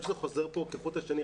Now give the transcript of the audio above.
פה כחוט השני,